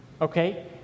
Okay